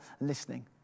listening